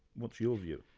what's your view?